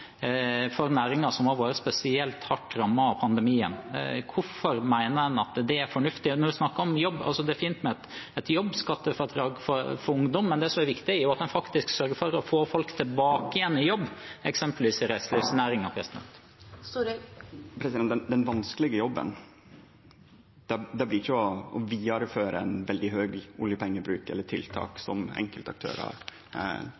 for næringer som har vært spesielt hardt rammet av pandemien. Hvorfor mener en at det er fornuftig? Det er fint med et jobbskattefradrag for ungdom, men det som er viktig, er at en sørger for å få folk tilbake i jobb, eksempelvis til reiselivsnæringen. Den vanskelege jobben blir ikkje å vidareføre ein veldig høg oljepengebruk eller tiltak som enkeltaktørar tener godt på der ute. Den vanskelege jobben blir å fase ut oljepengebruken, som har vore ekstraordinært høg,